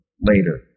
later